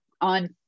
on